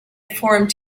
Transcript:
formed